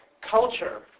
culture